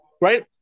right